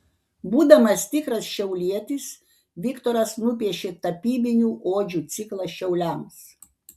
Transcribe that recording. būdamas tikras šiaulietis viktoras nupiešė tapybinių odžių ciklą šiauliams